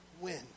win